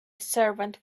servant